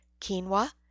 quinoa